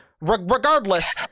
regardless